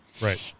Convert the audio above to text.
Right